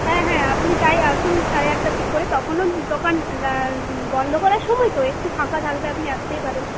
হ্যাঁ হ্যাঁ আপনি তাই আসুন সাড়ে আটটার দিক করে তখনও দোকান বন্ধ করার সময় তো একটু ফাঁকা থাকবে আপনি আসতেই পারেন